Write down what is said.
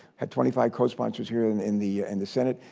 had twenty five cosponsors here in in the and the senate,